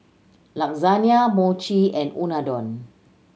Lasagne Mochi and Unadon